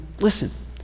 Listen